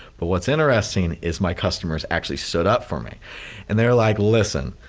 but what's interesting is my customers actually stood up for me and they were like, listen,